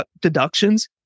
deductions